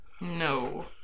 No